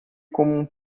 como